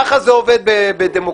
ככה זה עובד בדמוקרטיה.